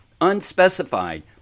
unspecified